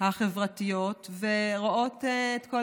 החברתיות ורואות את כל